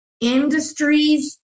industries